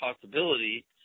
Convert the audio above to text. possibility